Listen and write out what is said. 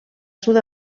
sud